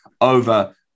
over